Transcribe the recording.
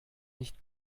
nicht